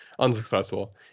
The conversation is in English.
unsuccessful